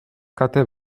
kate